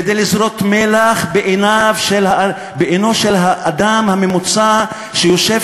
כדי לזרות מלח בעינו של האדם הממוצע שיושב